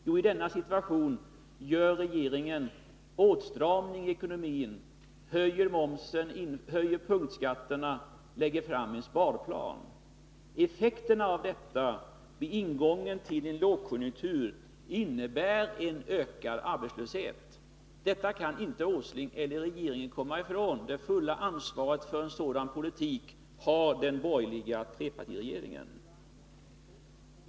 Jo, i denna situation gör regeringen en åtstramning i ekonomin, höjer momsen, höjer punktskatterna och lägger fram en sparplan. Effekterna av detta vid ingången till en lågkonjunktur innebär en ökad arbetslöshet. Detta kan inte herr Åsling eller regeringen komma ifrån. Det fulla ansvaret för en sådan arbetslöshetspolitik har den borgerliga trepartiregeringen.